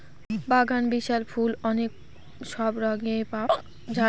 বাগানবিলাস ফুল অনেক সব রঙে পাওয়া যায়